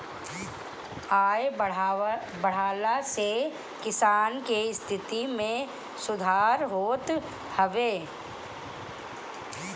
आय बढ़ला से किसान के स्थिति में सुधार होत हवे